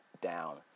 down